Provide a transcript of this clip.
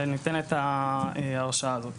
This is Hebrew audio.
שניתנת ההרשאה הזאת.